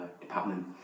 department